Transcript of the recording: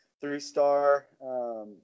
Three-star